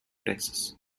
texas